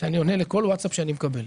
שאני עונה לכל ווטסאפ שאני מקבל.